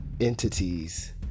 entities